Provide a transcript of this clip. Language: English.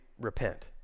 repent